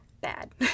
bad